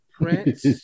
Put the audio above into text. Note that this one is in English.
Prince